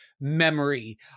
Memory